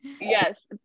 Yes